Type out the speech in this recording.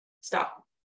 stop